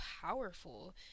powerful